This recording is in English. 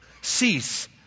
cease